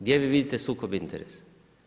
Gdje vi vidite sukob interesa?